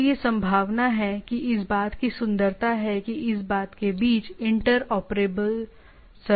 तो यह संभावना है कि इस बात की सुंदरता है कि इस बात के बीच इंटर ऑपरेबल सर्विस हैं